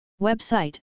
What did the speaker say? Website